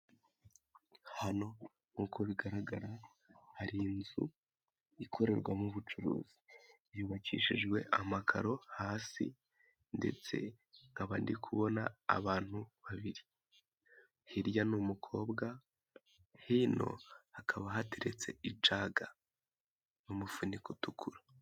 Hano nk'uko bigaragara, hari inzu ikorerwamo ubucuruzi, yubakishijwe amakaro hasi ndetse nkaba ndi kubona abantu babiri, hirya ni umukobwa, hino hakaba hateretse ijaga, n'umufuniko utukura.